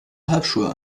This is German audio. halbschuhe